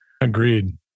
Agreed